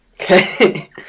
Okay